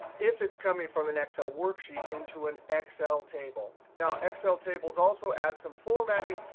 if it's coming from an excel worksheet, into an excel table. now, excel tables also add some formatting,